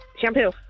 Shampoo